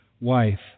wife